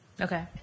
Okay